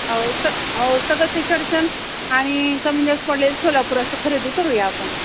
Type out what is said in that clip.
हो स हो सगळं ते चडचन आणि कमी जास्त पडले तर सोलापूर असं खरेदी करूया आपण